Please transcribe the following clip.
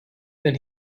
then